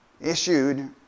issued